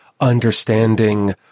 understanding